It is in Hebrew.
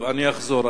אני אחזור.